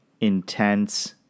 intense